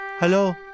Hello